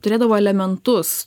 turėdavo elementus